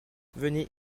venez